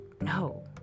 no